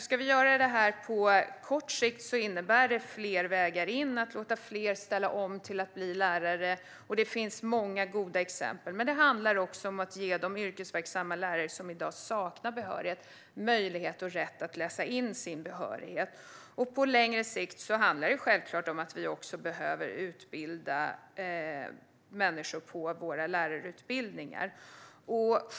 Ska vi göra det här på kort sikt innebär det fler vägar in när det gäller att låta fler ställa om till att bli lärare. Det finns många goda exempel, men det handlar också om att ge de yrkesverksamma lärare som i dag saknar behörighet möjlighet och rätt att läsa in sin behörighet. På längre sikt handlar det självklart om att vi också behöver utbilda människor på våra lärarutbildningar.